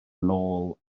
nôl